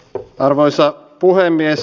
arvoisa puhemies